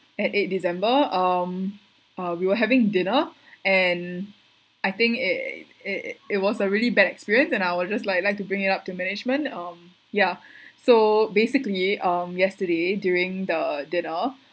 at eight december um uh we were having dinner and I think it it it it it was a really bad experience then I would just like like to bring it up to management um ya so basically um yesterday during the dinner